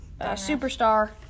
Superstar